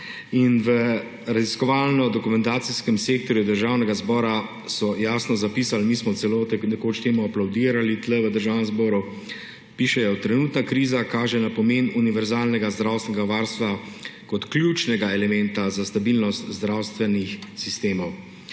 In v Raziskovalno-dokumentacijskem sektorju Državnega zbora so jasno zapisali, mi smo celo nekoč temu aplavdirali tukaj v Državnem zboru, tako zapišejo: »Trenutna kriza kaže na pomen univerzalnega zdravstvenega varstva kot ključnega elementa za stabilnost zdravstvenih sistemov.«